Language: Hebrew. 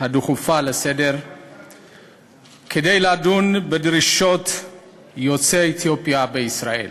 הדחופה לסדר-היום כדי לדון בדרישות יוצאי אתיופיה בישראל.